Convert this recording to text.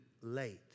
late